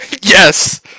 Yes